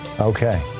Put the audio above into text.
Okay